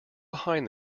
behind